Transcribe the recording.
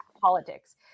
politics